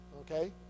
Okay